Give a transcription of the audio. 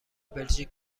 بلژیک